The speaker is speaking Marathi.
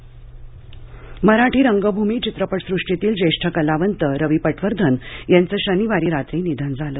रवी पटवर्धन निधन मराठी रंगभूमी चित्रपट सृष्टीतील ज्येष्ठ कलावंत रवी पटवर्धन यांचे शनिवारी रात्री निधन झाले